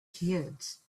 kids